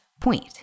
point